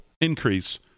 increase